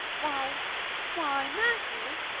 why why matthew,